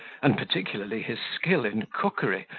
and particularly his skill in cookery,